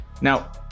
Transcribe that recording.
Now